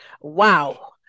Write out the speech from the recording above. Wow